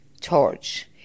torch